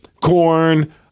corn